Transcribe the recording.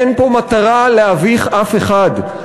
אין פה מטרה להביך אף אחד.